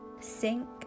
Sink